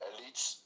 Elites